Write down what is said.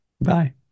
Bye